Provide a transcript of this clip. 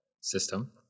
system